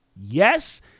yes